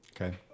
Okay